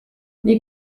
nii